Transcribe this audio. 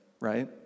right